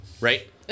right